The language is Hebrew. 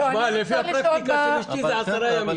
לפי הפרקטיקה של אשתי זה 10 ימים,